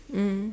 mm